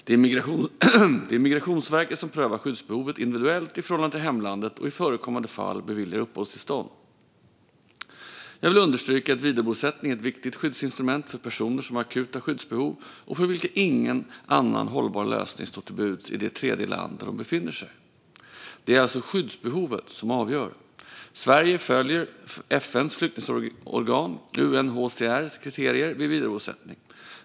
Det är Migrationsverket som prövar skyddsbehovet individuellt i förhållande till hemlandet och i förekommande fall beviljar uppehållstillstånd. Jag vill understryka att vidarebosättning är ett viktigt skyddsinstrument för personer som har akuta skyddsbehov och för vilka ingen annan hållbar lösning står till buds i det tredjeland där de befinner sig. Det är alltså skyddsbehovet som avgör. Sverige följer FN:s flyktingorgan UNHCR:s kriterier vid vidarebosättning.